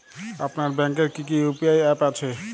আপনার ব্যাংকের কি কি ইউ.পি.আই অ্যাপ আছে?